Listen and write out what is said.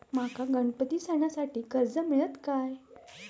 माका गणपती सणासाठी कर्ज मिळत काय?